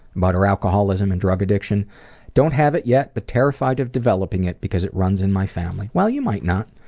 but her alcoholism and drug addiction don't have it yet, but terrified of developing it because it runs in my family. well, you might not.